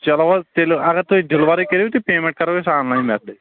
چلو حظ تیٚلہِ اگر تُہۍ ڈیلورٕے کٔرِِو تہٕ پیٚمِنٛٹ کرو أسۍ آن لایِن میتھڈٕے